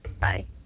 Bye